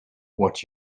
what